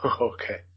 Okay